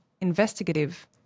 investigative